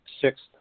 sixth